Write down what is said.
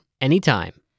anytime